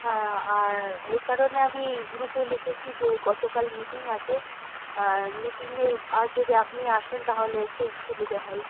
হ্যাঁ আর এই কারণে আমি গ্রুপে লিখেছি যে গতকাল মিটিং আছে আর মিটিংয়ে আর যদি আপনি আসেন তাহলে খুব সুবিধে হয়